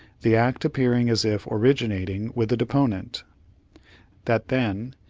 the act appearing as if originating with the deponent that then,